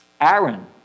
Aaron